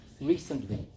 recently